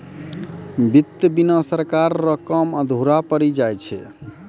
वित्त बिना सरकार रो काम अधुरा पड़ी जाय छै